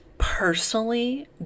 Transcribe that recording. personally